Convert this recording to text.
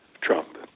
Trump